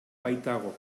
baitago